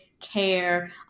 care